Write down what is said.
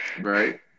Right